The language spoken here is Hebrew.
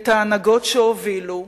את ההנהגות שהובילו,